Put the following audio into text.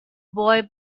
boy